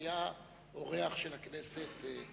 היה אורח של הכנסת,